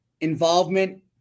involvement